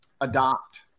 adopt